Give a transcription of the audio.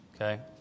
okay